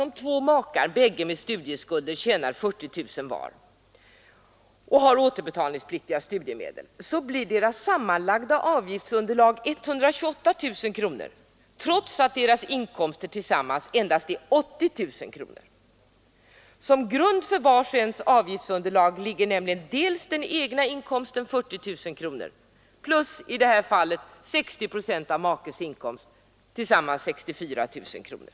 Som exempel kan nämnas att om två makar tjänar 40 000 kronor var och bägge har återbetalningspliktiga studiemedel blir deras sammanlagda avgiftsunderlag 128 000 kronor, trots att deras inkomster tillsammans endast uppgår till 80 000 kronor. I vars och ens avgiftsunderlag ingår nämligen dels den egna inkomsten, 40 000 kronor, dels i det här fallet 60 procent av makens inkomst, 24 000 kronor, tillsammans 64 000 kronor.